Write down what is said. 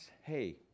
hey